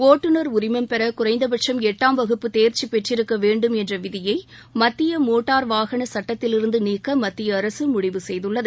ஒட்டுநர் உரிமம் பெற குறைந்தபட்சும் எட்டாம் வகுப்பு தேர்ச்சி பெற்றிருக்க வேண்டும் என்ற விதியை மத்திய மோட்டார் வாகன சட்டத்திலிருந்து நீக்க மத்திய அரசு முடிவு செய்துள்ளது